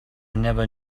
never